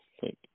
thank